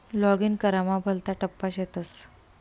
login करामा भलता टप्पा शेतस